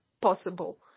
possible